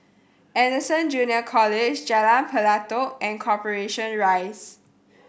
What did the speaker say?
Anderson Junior College Jalan Pelatok and Corporation Rise